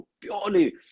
purely